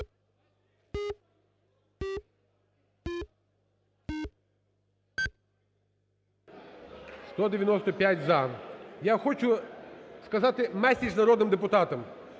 195 – за. Я хочу сказати меседж народним депутатам.